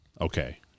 okay